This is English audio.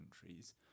countries